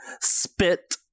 Spit